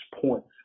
points